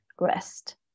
rest